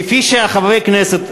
כי חברי הכנסת,